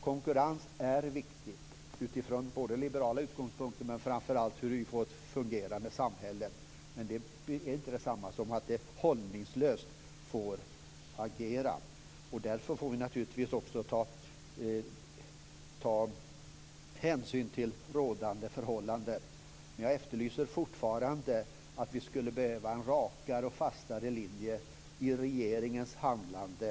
Konkurrens är viktigt utifrån liberala utgångspunkter men framför allt för att man skall få ett fungerande samhälle. Men det är inte detsamma som att man skall få agera hållningslöst. Därför får vi naturligtvis också ta hänsyn till rådande förhållanden. Men jag efterlyser fortfarande en rakare och fastare linje i regeringens handlande.